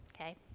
okay